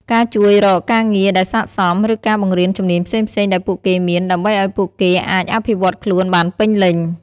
ការជួយរកការងារដែលស័ក្តិសម ឬការបង្រៀនជំនាញផ្សេងៗដែលពួកគេមាន ដើម្បីឱ្យពួកគេអាចអភិវឌ្ឍខ្លួនបានពេញលេញ។